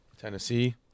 Tennessee